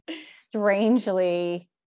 strangely